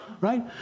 Right